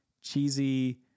cheesy